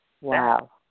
Wow